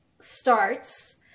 starts